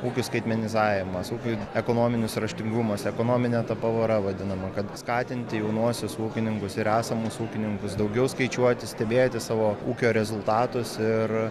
ūkių skaitmenizavimas ūkių ekonominis raštingumas ekonomine ta pavara vadinama kad skatinti jaunuosius ūkininkus ir esamus ūkininkus daugiau skaičiuoti stebėti savo ūkio rezultatus ir